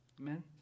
Amen